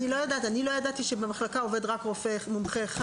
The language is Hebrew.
אני לא ידעתי שבמחלקה עובד רק רופא מומחה אחד.